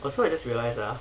also I just realised ah